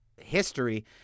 history